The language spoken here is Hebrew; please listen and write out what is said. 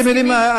אתם יודעים מה,